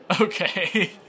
Okay